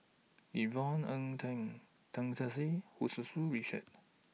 Yvonne Ng Tan Tan Keong Saik Hu Tsu Tau Richard